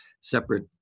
separate